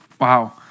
Wow